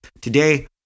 today